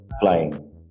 flying